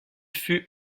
fut